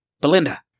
Belinda